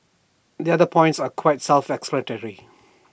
the other points are quite self explanatory